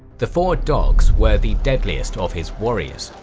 the four dogs were the deadliest of his warriors.